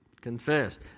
Confess